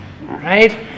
right